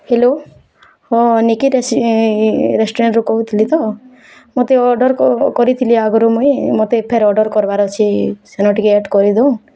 hello ହଁ ନିକିତ୍ ରେଷ୍ଟୁରାଣ୍ଟରୁ କହୁଥିଲି ତ ମୋତେ ଅର୍ଡ଼ର୍ କରିଥିଲି ଆଗରୁ ମୁଇଁ ମୋତେ ଫିର୍ ଅର୍ଡ଼ର୍ କରିବାର୍ ଅଛି ସେନ ଟିକେ